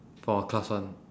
from our class [one]